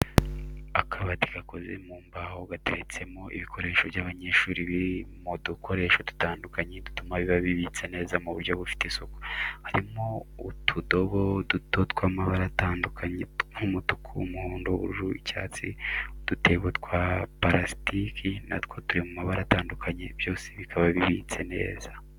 Akabati gakoze mu mbaho gateretsemo ibikoresho by'abanyeshuri biri mu dukoresho dutandukanye dutuma biba bibitse neza mu buryo bufite isuku, harimo utudobo duto tw'amabara atandukanye nk'umutuku, umuhondo, ubururu, icyatsi, udutebo twa parasitiki na two turi mu mabara atandukanye byose bikaba bibitse neza.